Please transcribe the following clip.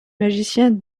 magicien